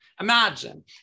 Imagine